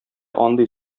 андый